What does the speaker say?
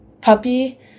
puppy